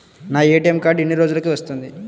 నా ATM card ఎన్ని రోజులకు వస్తుంది?